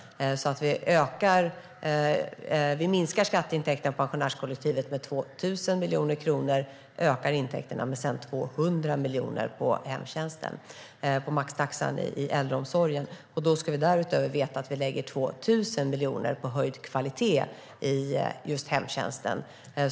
Vi minskar skatteintäkterna på pensionärskollektivet med 2 000 miljoner kronor men ökar sedan intäkterna med 200 miljoner på hemtjänsten och på maxtaxan i äldreomsorgen. Då ska man veta att vi därutöver lägger 2 000 miljoner på höjd kvalitet i just hemtjänsten.